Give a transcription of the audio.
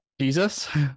Jesus